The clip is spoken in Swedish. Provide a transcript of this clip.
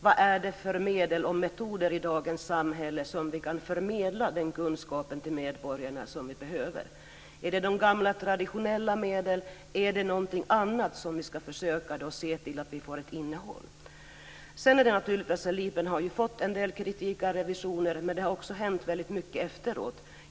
Med vilka medel och metoder i dagens samhälle kan vi förmedla de kunskaper vi behöver till medborgarna? Är det de gamla traditionella medlen? Är det någonting annat vi kan använda för att se till att vi får ett innehåll. Det stämmer att LIP har fått en del kritik av revisionen, men det har också hänt mycket efteråt.